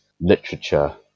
literature